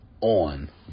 on